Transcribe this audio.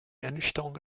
ernüchterung